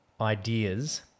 ideas